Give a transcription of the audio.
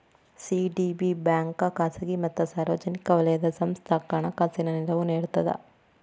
CDB bank ಖಾಸಗಿ ಮತ್ತ ಸಾರ್ವಜನಿಕ ವಲಯದ ಸಂಸ್ಥಾಕ್ಕ ಹಣಕಾಸಿನ ನೆರವು ನೇಡ್ತದ